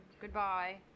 Goodbye